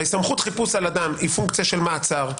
הרי סמכות חיפוש על אדם היא פונקציה של מעצר.